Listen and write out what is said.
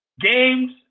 games